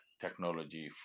technology